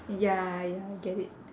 ya ya I get it